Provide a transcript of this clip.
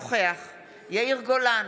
יאיר גולן,